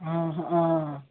ఆహా